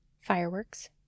Fireworks